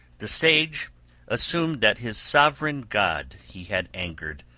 the sage assumed that his sovran god he had angered,